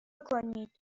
کنید